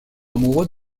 amoureux